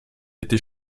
été